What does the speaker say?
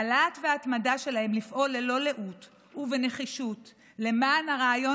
הלהט וההתמדה שלהן לפעול ללא לאות ובנחישות למען הרעיון